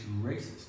racist